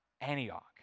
Antioch